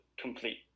complete